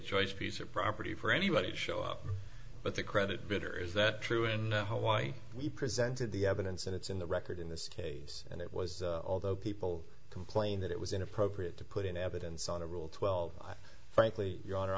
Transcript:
choice piece of property for anybody to show up but the credit bidder is that true and why we presented the evidence and it's in the record in this case and it was although people complained that it was inappropriate to put in evidence on a rule twelve frankly your honor